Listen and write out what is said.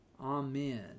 Amen